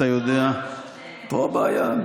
--- שיטת הסניוריטי --- פה הבעיה.